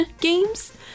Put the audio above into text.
games